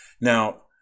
now